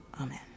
amen